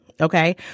Okay